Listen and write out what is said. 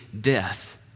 death